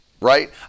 right